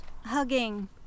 hugging